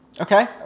Okay